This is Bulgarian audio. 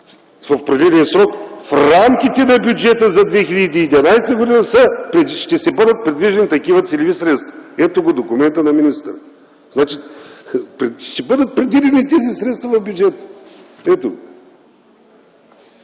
в определения срок в рамките на бюджета за 2011 г. ще бъдат предвиждани такива целеви средства.” Ето го документът на министъра. Значи ще бъдат предвидени и тези средства в бюджета.